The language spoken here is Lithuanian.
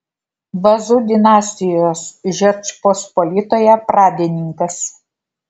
vazų dinastijos žečpospolitoje pradininkas